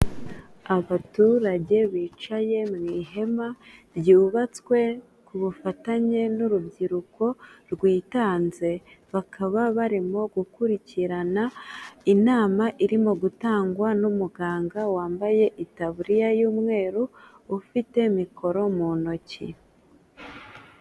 Abaturage bicaye mu ihema ryubatswe ku bufatanye n'urubyiruko rwitanze, bakaba barimo gukurikirana inama irimo gutangwa n'umuganga wambaye itaburiya y'umweru, ufite mikoro mu ntoki.